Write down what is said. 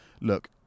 Look